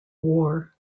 war